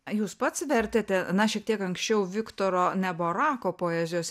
jūs pats vertėte na šiek tiek anksčiau viktoro neborako poezijos